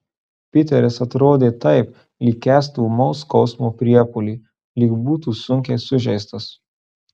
piteris atrodė taip lyg kęstų ūmaus skausmo priepuolį lyg būtų sunkiai sužeistas